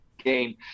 Game